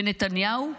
ונתניהו?